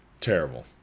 Terrible